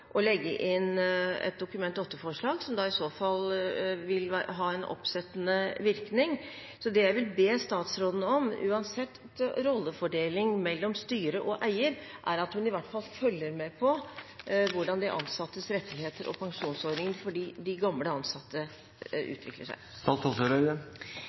å legge inn et Dokument 8-forslag, som i så fall vil ha en oppsettende virkning. Det jeg vil be statsråden om, uansett rollefordeling mellom styre og eier, er at hun i hvert fall følger med på hvordan de gamle ansattes rettigheter og